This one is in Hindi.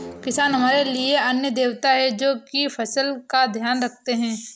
किसान हमारे लिए अन्न देवता है, जो की फसल का ध्यान रखते है